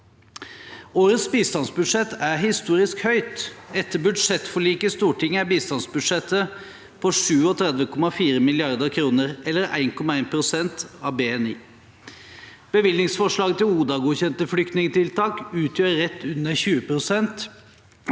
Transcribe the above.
Årets bistandsbudsjett er historisk høyt. Etter budsjettforliket i Stortinget er bistandsbudsjettet på 37,4 mrd. kr, eller 1,1 pst. av BNI. Bevilgningsforslaget til ODA-godkjente flyktningtiltak utgjør rett under 20 pst.